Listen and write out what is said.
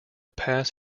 pass